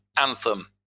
Anthem